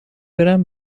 برم